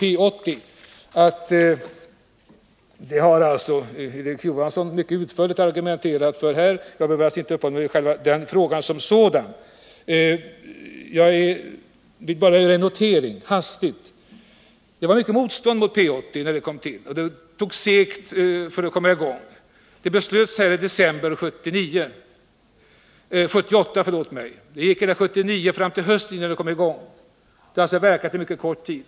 Erik Johansson har argumenterat mycket utförligt för det, så jag behöver inte uppehålla mig vid frågan som sådan. Jag vill bara hastigt göra några noteringar. Det var mycket motstånd mot P 80 när det kom till. Det var segt att komma i gång. Beslutet togs i december 1978, och sedan gick tiden ända fram till hösten 1979 innan verksamheten kom i gång. Den har alltså funnits under en mycket kort tid.